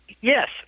Yes